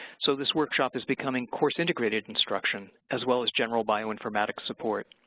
so this workshop is becoming course-integrated instruction, as well as general bioinformatics support.